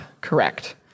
correct